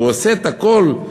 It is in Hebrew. הוא עושה את הכול,